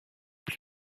plus